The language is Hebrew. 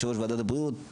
יושב ראש וועדת הבריאות,